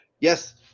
yes